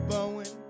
Bowen